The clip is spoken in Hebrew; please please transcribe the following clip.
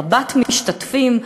רבת-משתתפים,